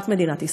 רק מדינת ישראל,